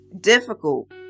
difficult